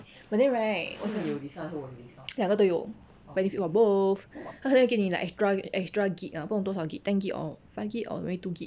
but then right 两个都有 but if you got both 他会给你 like extra extra gib liao 不懂多少 gib ten gib or five gib or maybe two gib